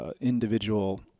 individual